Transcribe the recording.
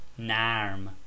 Narm